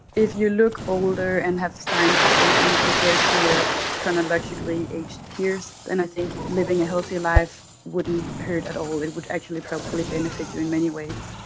if you look older and have signs of ageing compared to your chronologically aged peers, that i think living a healthy life wouldn't hurt at all, it would actually probably benefit you in many ways.